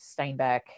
Steinbeck